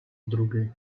drugiej